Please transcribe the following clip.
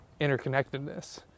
interconnectedness